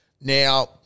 Now